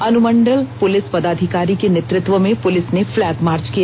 अनुमंडल पुलिस पदाधिकारी के नेतृत्व में पुलिस ने फ्लैग मार्च किया